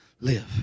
live